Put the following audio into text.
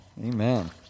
Amen